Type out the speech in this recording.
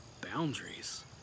boundaries